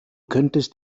könntest